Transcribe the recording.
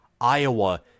Iowa